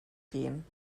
gehen